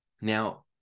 Now